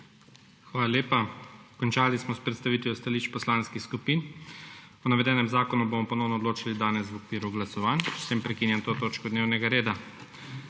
Hvala lepa. Končali smo s predstavitvijo stališč poslanskih skupin. O navedenem zakonu bomo ponovno odločali danes v okviru glasovanj. S tem prekinjam to točko dnevnega reda.